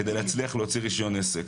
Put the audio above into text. כדי להצליח להוציא רשיון עסק.